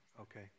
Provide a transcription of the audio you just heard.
Okay